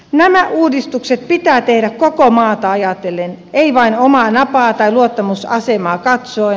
nämä uudistukset pitää tehdä koko maata ajatellen ei vain omaa napaa tai luottamusasemaa katsoen